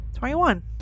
21